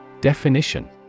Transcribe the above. Definition